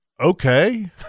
okay